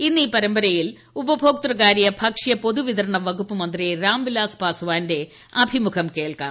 ഇന്ന് ഈ പരമ്പരയിൽ ഉപഭോക്തൃകാര്യ ഭക്ഷ്യ പൊതുവിതരണ വകുപ്പ് മന്ത്രി രാം വിലാസ് പാസ്വാന്റെ അഭിമുഖം കേൾക്കാം